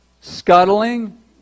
scuttling